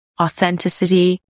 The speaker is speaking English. authenticity